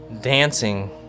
dancing